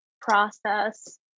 process